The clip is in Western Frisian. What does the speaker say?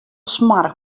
smoarch